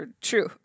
true